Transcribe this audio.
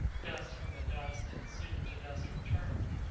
dust from the dust and soon to dust returned,